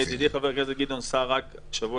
ידידי חבר הכנסת גדעון סער רק בשבוע